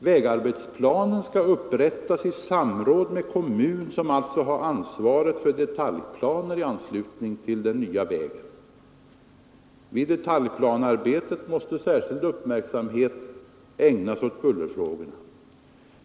Vägarbetsplanen skall upprättas i samråd med kommunen, som alltså har ansvaret för detaljplaner i anslutning till den nya vägen. Vid detaljplanearbetet måste särskild uppmärksamhet ägnas åt bullerfrågorna.